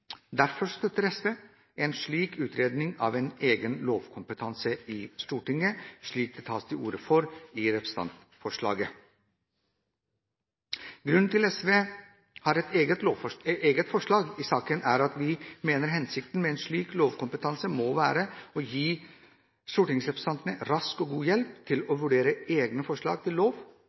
Derfor støtter SV en slik utredning av en egen lovkompetanse i Stortinget, slik det tas til orde for i representantforslaget. Grunnen til at SV har et eget forslag i saken, er at vi mener hensikten med en slik lovkompetanse må være å gi stortingsrepresentantene rask og god hjelp til å vurdere egne forslag til lov